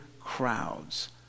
crowds